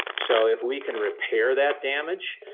so if we can repair that damage,